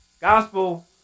gospel